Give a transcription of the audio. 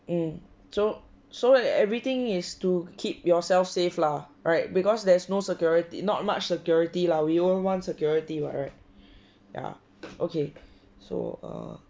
mm so so everything is to keep yourself safe lah right because there's no security not much security lah we all want security what right ya okay so err